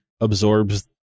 absorbs